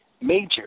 Major